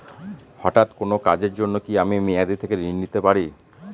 হঠাৎ কোন কাজের জন্য কি আমি মেয়াদী থেকে ঋণ নিতে পারি?